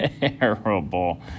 Terrible